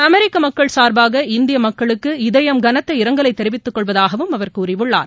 அமெரிக்க மக்கள் சார்பாக இந்திய மக்களுக்கு இதயம் கனத்த இரங்கலை தெரிவித்துக் கொள்வதாகவும் அவர் கூறியுள்ளார்